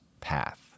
path